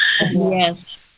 Yes